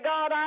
God